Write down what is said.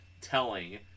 telling